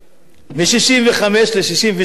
מ-65 ל-67,